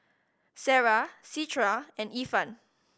Sarah Citra and Irfan